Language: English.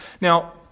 Now